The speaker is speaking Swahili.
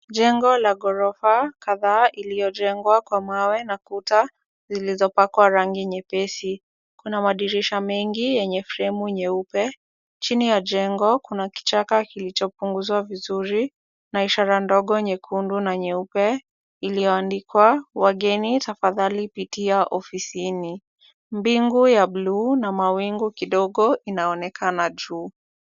Jengo la ghorofa kadhaa iliyojengwa kwa mawe na kuta zilizopakwa rangi nyepesi. Kuna madirisha mengi yenye fremu nyeupe. Chini ya jengo kuna kichaka kilicho punguzwa vizuri na ishara ndogo nyekundu na nyeupe iliyoandikwa wageni tafadhali pitia ofisini. Mbigu ya buluu na mawingu kidogo inaonekana juu.